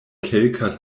kelka